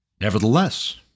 Nevertheless